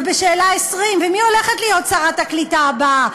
ובשאלה 20: ומי הולכת להיות שרת העלייה והקליטה הבאה?